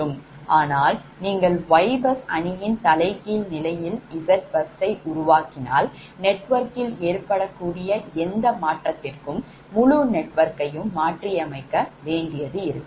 ஆனால் நீங்கள் Ybus அணியின் தலைகீழ் நிலையில் Zbus உருவாக்கினால் நெட்வொர்க்கில் ஏற்படக்கூடிய எந்த மாற்றத்திற்கும் முழு நெட்வொர்க்கையும் மாற்றியமைக்க வேண்டியது இருக்கும்